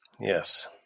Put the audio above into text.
Yes